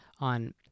on